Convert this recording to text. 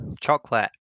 Chocolate